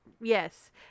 yes